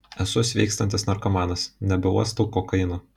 esu sveikstantis narkomanas nebeuostau kokaino